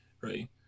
right